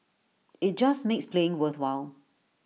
IT just makes playing worthwhile